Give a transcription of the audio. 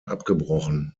abgebrochen